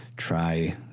Try